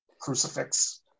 crucifix